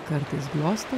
kartais glosto